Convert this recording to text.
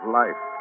life